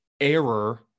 error